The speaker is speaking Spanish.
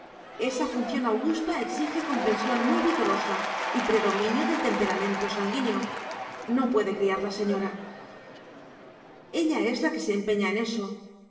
esa función augusta exige complexión muy vigorosa y predominio del temperamento sanguíneo no puede criar la señora ella es la que se empeña en